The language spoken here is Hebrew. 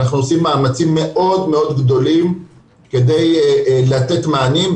ואנחנו עושים מאמצים מאוד מאוד גדולים כדי לתת מענים,